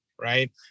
Right